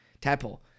tadpole